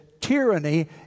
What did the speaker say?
Tyranny